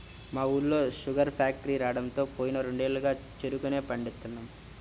మా ఊళ్ళో sugar factory రాడంతో పోయిన రెండేళ్లుగా చెరుకునే పండిత్తన్నాం